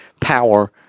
power